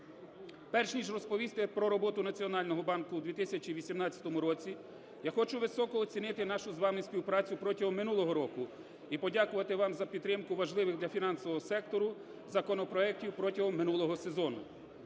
Перш ніж розповісти про роботу Національного банку у 2018 році, я хочу високо оцінити нашу з вами співпрацю протягом минулого року і подякувати вам за підтримку важливих для фінансового сектору законопроектів протягом минулого сезону.